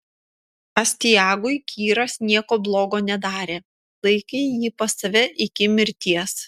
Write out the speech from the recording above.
astiagui kyras nieko blogo nedarė laikė jį pas save iki mirties